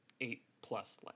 eight-plus